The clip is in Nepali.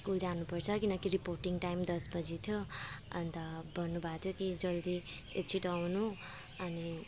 स्कुल जानुपर्छ किनकि रिपोटिङ टाइम दस बजी थियो अन्त भन्नुभएको थियो कि जल्दी त्यो छिटो आउनु अनि